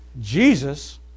Jesus